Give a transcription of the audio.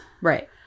Right